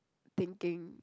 thinking